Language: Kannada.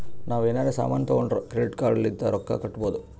ನಾವ್ ಎನಾರೇ ಸಾಮಾನ್ ತೊಂಡುರ್ ಕ್ರೆಡಿಟ್ ಕಾರ್ಡ್ ಲಿಂತ್ ರೊಕ್ಕಾ ಕಟ್ಟಬೋದ್